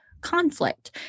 conflict